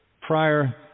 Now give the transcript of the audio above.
prior